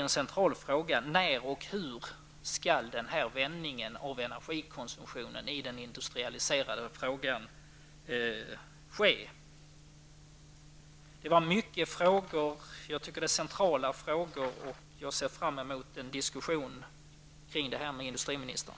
En central fråga är: När och hur skall denna vändning av konsumtionen i den industraliserade världen ske? Jag har ställt många frågor, och jag tycker att det är centrala frågor. Jag ser fram emot en diskussion med industriministern.